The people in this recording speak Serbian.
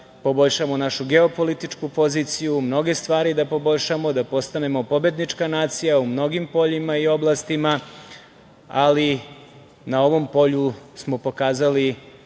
poboljšamo našu geopolitičku poziciju, mnoge stvari da poboljšamo, da postanemo pobednička nacija u mnogim poljima i oblastima, ali na ovom polju smo pokazali